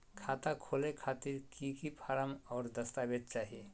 खाता खोले खातिर की की फॉर्म और दस्तावेज चाही?